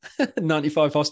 95